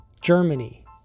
Germany